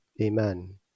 Amen